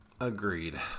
Agreed